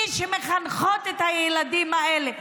מי שמחנכות את הילדים האלה,